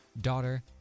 daughter